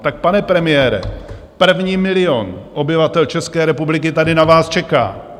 Tak pane premiére, první milion obyvatel České republiky tady na vás čeká.